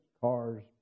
cars